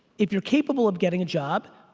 if you're capable of getting a job,